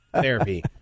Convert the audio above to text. therapy